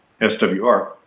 SWR